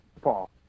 Paul